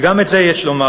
וגם את זה יש לומר.